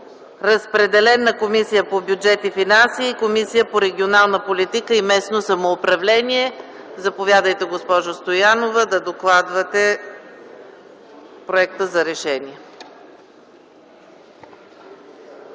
Разпределен е на Комисията по бюджет и финанси и на Комисията по регионална политика и местно самоуправление. Заповядайте, госпожо Стоянова, да докладвате проекта за решение.